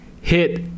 hit